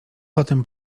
potem